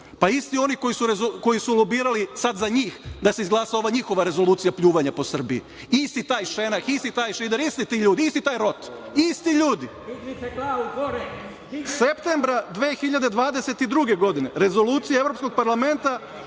Pa, isti oni koji su lobirali sad za njih da se izglasa ova njihova rezolucija pljuvanja po Srbiji. Isti taj Šenak, isti taj Šider, isti ti ljudi, isti taj Rot, isti ljudi. Septembra 2022. godine Rezolucija Evropskog parlamenta